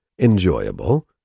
enjoyable